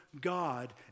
God